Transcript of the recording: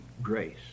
Grace